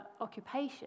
occupation